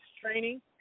training